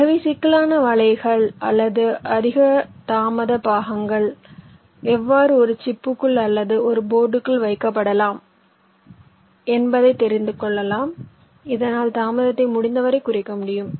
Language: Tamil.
ஆகவே கிரிட்டிக்கல் வலைகள் அல்லது அதிக தாமத பாகங்கள் எவ்வாறு ஒரு சிப்புக்குள் அல்லது ஒரு போர்டுக்குள் வைக்கப்படலாம் என்பதைக் தெரிந்துகொள்ளலாம் இதனால் தாமதத்தை முடிந்தவரை குறைக்க முடியும்